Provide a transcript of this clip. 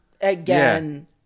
again